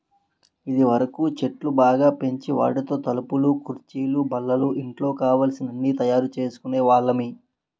ఇదివరకు చెట్లు బాగా పెంచి వాటితో తలుపులు కుర్చీలు బల్లలు ఇంట్లో కావలసిన అన్నీ తయారు చేసుకునే వాళ్ళమి